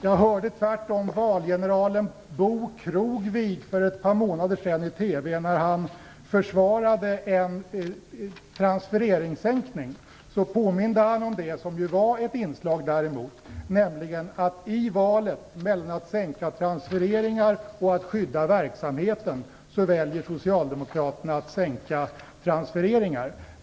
Jag hörde tvärtom valgeneralen Bo Krogvig för ett par månader sedan i TV påminna om, när han försvarade en transfereringssänkning, det som var ett inslag mot det, nämligen att i valet mellan att sänka transfereringar och att skydda verksamheter väljer socialdemokraterna att sänka transfereringar.